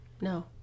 No